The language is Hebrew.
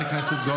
את מה שעשית.